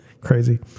Crazy